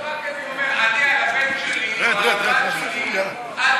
אני רק אומר: אני על